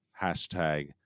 hashtag